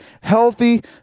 Healthy